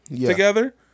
together